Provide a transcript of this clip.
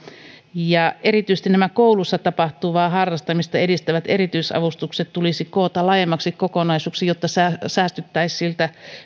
ja erityisesti koulussa tapahtuvaa harrastamista edistävät erityisavustukset tulisi koota laajemmaksi kokonaisuudeksi jotta säästyttäisiin siltä